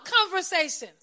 conversations